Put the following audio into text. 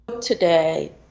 today